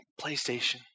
PlayStation